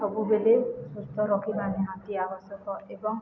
ସବୁବେଳେ ସୁସ୍ଥ ରଖିବା ନିହାତି ଆବଶ୍ୟକ ଏବଂ